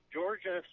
Georgia